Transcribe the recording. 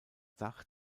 dach